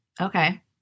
okay